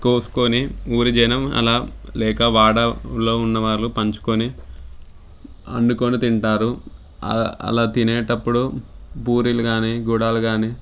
కోసుకుని ఊరి జనం అలా లేక వాడాలో ఉన్నవాళ్ళు పంచుకుని వండుకుని తింటారు అలా తినేటప్పుడు పోలేలు కానీ గుడాలు కానీ